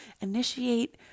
initiate